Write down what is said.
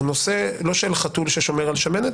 זה לא נושא של חתול ששומר על השמנת,